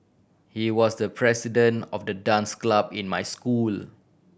he was the president of the dance club in my school